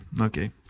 Okay